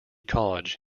college